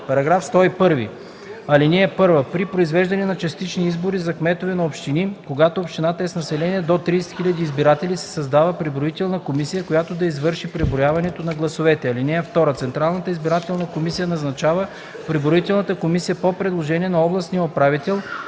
става § 101: „§ 101 (1) При произвеждане на частични избори за кметове на общини, когато общината е с население до 30 000 избиратели, се създава преброителна комисия, която да извърши преброяването на гласовете. (2) Централната избирателна комисия назначава преброителната комисия по предложение на областния управител,